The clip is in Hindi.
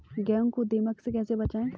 गेहूँ को दीमक से कैसे बचाएँ?